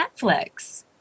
Netflix